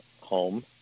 home